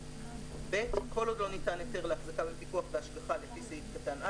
כל עוד לא ניתן היתר להחזקה בפיקוח והשגחה לפי סעיף קטן (א)